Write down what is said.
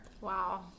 Wow